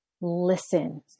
listen